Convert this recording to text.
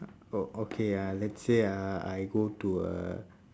oh okay ah let's say ah I go to a